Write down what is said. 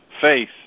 faith